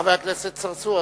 חבר הכנסת צרצור,